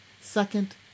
Second